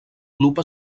club